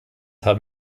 haben